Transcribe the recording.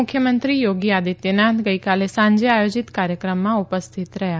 મુખ્યમંત્રી યોગી આદિત્યનાથ ગઇકાલે સાંજે આયોજીત કાર્યક્રમમાં ઉપસ્થિત રહ્યા